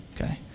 Okay